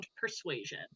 Persuasion